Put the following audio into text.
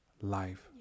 life